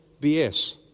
BS